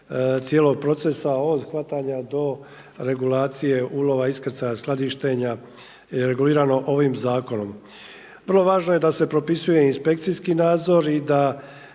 cijelog procesa od hvatanja do regulacije ulova, iskrcaja, skladištenja je regulirano ovim zakonom. Vrlo važno je da se propisuje i inspekcijski nadzor i da